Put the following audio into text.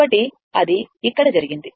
కాబట్టి అది ఇక్కడ జరిగింది